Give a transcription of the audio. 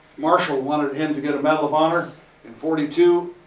marshall wanted him to get a medal of honor in forty two,